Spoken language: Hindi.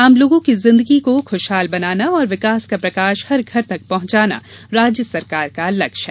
आम लोगों की जिन्दगी को खुशहाल बनाना और विकास का प्रकाश हर घर तक पहुँचाना राज्य सरकार का लक्ष्य है